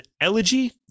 elegy